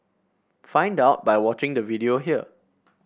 find out by watching the video here